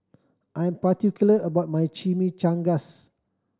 I'm particular about my Chimichangas